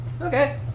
Okay